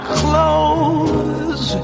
clothes